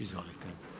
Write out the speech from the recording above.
Izvolite.